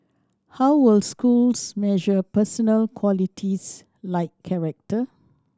how will schools measure personal qualities like character